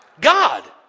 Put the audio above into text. God